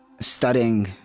studying